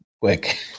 quick